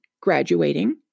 graduating